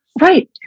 Right